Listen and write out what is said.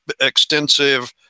extensive